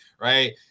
right